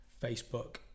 Facebook